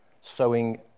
Sowing